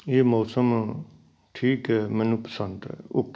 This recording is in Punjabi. ਇਹ ਮੌਸਮ ਠੀਕ ਹੈ ਮੈਨੂੰ ਪਸੰਦ ਹੈ ਓਕੇ